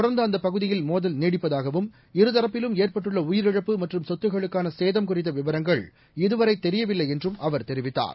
தொடர்ந்துஅந்தப் பகுதியில் மோதல் நீடிப்பதாகவும் இருதரப்பிலும் ஏற்பட்டுள்ளஉயிரிழப்பு மற்றும் சொத்துக்களுக்கானசேதம் குறித்தவிவரங்கள் இதுவரைதெரியவில்லைஎன்றும் அவர் தெரிவித்தார்